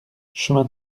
chemin